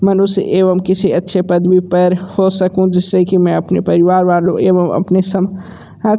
मनुष्य एवं किसी अच्छे पदवी पर हो सकूँ जिससे कि मैं अपने परिवार वालों एवं अपने समाज